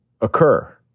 occur